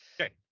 Okay